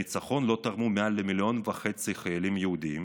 ניצחון שתרמו לו מעל למיליון וחצי חיילים יהודים